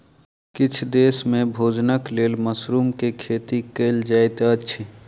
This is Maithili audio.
किछ देस में भोजनक लेल मशरुम के खेती कयल जाइत अछि